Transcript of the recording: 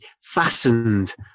fastened